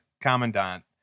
commandant